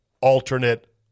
alternate